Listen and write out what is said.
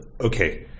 Okay